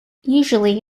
usually